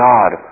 God